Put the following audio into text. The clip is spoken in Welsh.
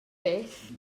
beth